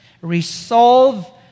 Resolve